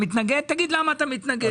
מתנגד, תגיד למה אתה מתנגד.